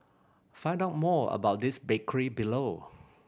find out more about this bakery below